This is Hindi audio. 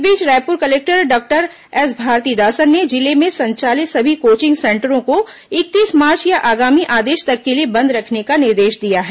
इस बीच Raipur collector doctor S Bharathidasan ने जिले में संचालित सभी कोचिंग सेंटरों को इकतीस मार्च या आगामी आदेश तक के लिए बंद रखने का निर्देश दिया है